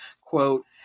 quote